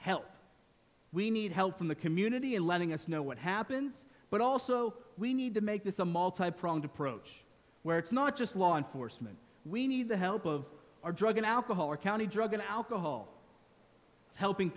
help we need help from the community in letting us know what happens but also we need to make this a multi pronged approach where it's not just law enforcement we need the help of our drug and alcohol our county drug and alcohol helping